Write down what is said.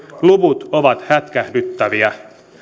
luvut ovat hätkähdyttäviä